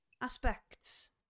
aspects